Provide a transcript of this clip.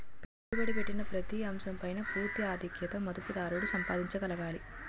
పెట్టుబడి పెట్టిన ప్రతి అంశం పైన పూర్తి ఆధిక్యత మదుపుదారుడు సంపాదించగలగాలి